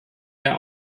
der